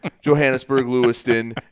Johannesburg-Lewiston